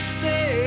say